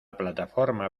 plataforma